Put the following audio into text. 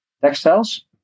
textiles